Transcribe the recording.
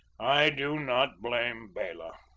i do not blame bela.